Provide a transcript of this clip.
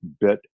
bit